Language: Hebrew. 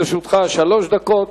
לרשותך שלוש דקות.